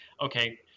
okay